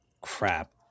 Crap